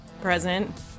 present